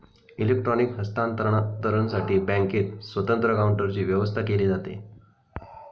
electronic हस्तांतरणसाठी बँकेत स्वतंत्र काउंटरची व्यवस्था केली जाते